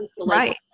right